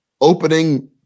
opening